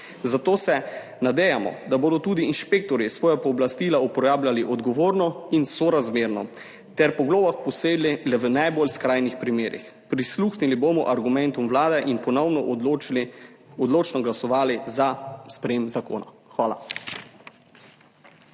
zato se nadejamo, da bodo tudi inšpektorji svoja pooblastila uporabljali odgovorno in sorazmerno ter po globah posegli le v najbolj skrajnih primerih. Prisluhnili bomo argumentom Vlade in ponovno odločno glasovali za sprejetje zakona. Hvala.